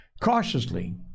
Cautiously